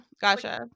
Gotcha